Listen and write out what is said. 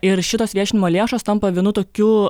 ir šitos viešinimo lėšos tampa vienu tokiu